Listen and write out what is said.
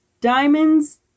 diamonds